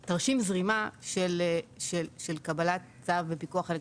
מה תרשים הזרימה של קבלת צו בפיקוח אלקטרוני?